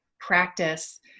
practice